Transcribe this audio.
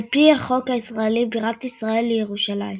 על פי החוק הישראלי, בירת ישראל היא ירושלים.